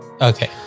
Okay